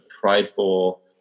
prideful